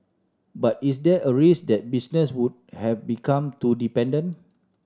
but is there a risk that business would have become too dependent